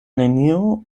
nenio